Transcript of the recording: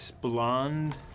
Blonde